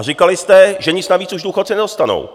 Říkali jste, že nic navíc už důchodci nedostanou.